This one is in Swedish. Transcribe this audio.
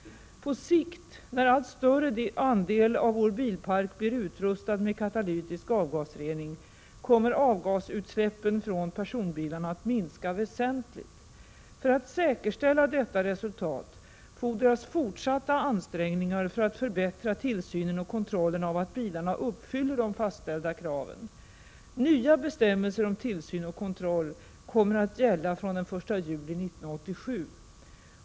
På sikt, när allt större andel av vår bilpark blir utrustad med katalytisk avgasrening, kommer avgasutsläppen från personbilarna att minska väsentligt. För att säkerställa detta resultat fordras fortsatta ansträngningar för att förbättra tillsynen och kontrollen av att bilarna uppfyller de fastställda kraven. Nya bestämmelser om tillsyn och kontroll kommer att gälla från den 1 juli 1987.